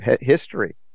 history